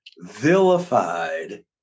vilified